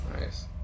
Nice